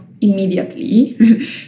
immediately